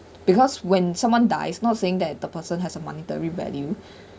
because when someone dies not saying that the person has a monetary value